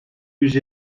yüz